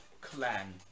Clan